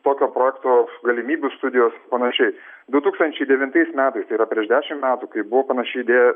tokio projekto galimybių studijos panašiai du tūkstančiai devintais metais tai yra prieš dešim metų kai buvo panaši idėja